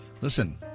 Listen